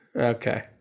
Okay